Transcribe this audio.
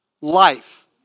life